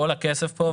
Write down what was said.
כל הכסף פה,